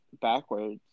backwards